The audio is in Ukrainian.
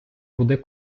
води